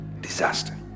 disaster